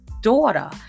daughter